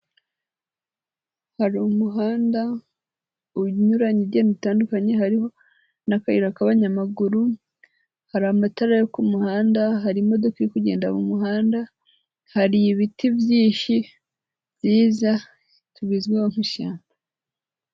Hari umuhanda unyuranye ugenda utandukanye, hari n'akayira k'abanyamaguru, hari amatara yo ku muhanda, hari imodoka iri kugenda mu muhanda, hari ibiti byinshi byiza tubizwiho nk'ishimwe.